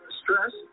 stress